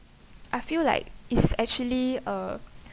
I feel like it's actually uh